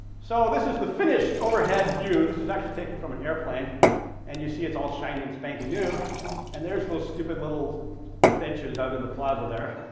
so this is the finished overhead view this is actually taken from an airplane and you see it's all shiny and spanking new and there's most stupid little benches out in the plaza there,